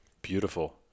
Beautiful